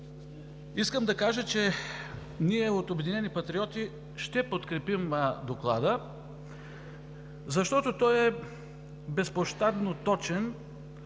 Искам да кажа, че ние от „Обединени патриоти“ ще подкрепим Доклада, защото той е безпощадно точен